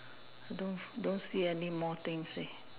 don't don't see any more things leh